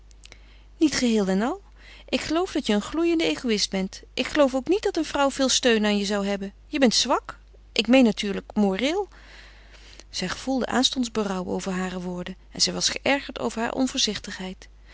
niet geheel en al ik geloof dat je een gloeiende egoïst bent ik geloof ook niet dat een vrouw veel steun aan je zou hebben je bent zwak ik meen natuurlijk moreel zij gevoelde aanstonds berouw over hare woorden en zij was geërgerd over haar onvoorzichtigheid